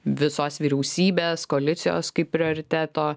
visos vyriausybės koalicijos kaip prioriteto